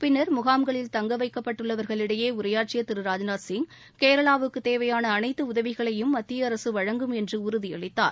பின்னர் முகாம்களில் தங்க வைக்கப்பட்டுள்ளவர்களிடையே உரையாற்றிய திரு ராஜ்நாத் சிங் கேரளாவுக்கு தேவையான அனைத்து உதவிகளையும் மத்திய அரசு வழங்கும் என்று உறுதியளித்தார்